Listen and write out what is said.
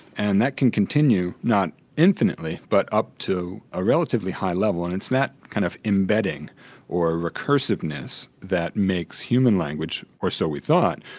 and that can continue, not infinitely, but up to a relatively high level and it's that kind of embedding or recursiveness that makes human language, or so we thought.